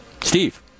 steve